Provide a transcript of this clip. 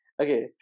Okay